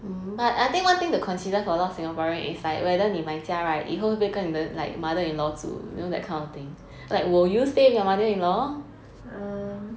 um